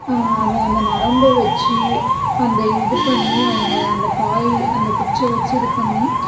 அது அந்த நரம்பை வச்சி அந்த இது பண்ணி அவங்க அந்த பாய் அந்த குச்சை வச்சு இது பண்ணி